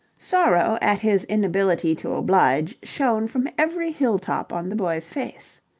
sorrow at his inability to oblige shone from every hill-top on the boy's face.